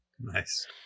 nice